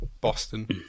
Boston